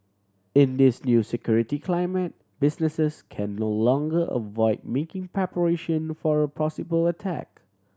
in this new security climate businesses can no longer avoid making preparation for a possible attack